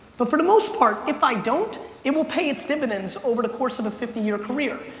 but for the most part, if i don't, it will pay its dividends over the course of a fifty year career.